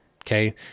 Okay